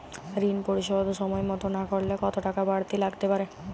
ঋন পরিশোধ সময় মতো না করলে কতো টাকা বারতি লাগতে পারে?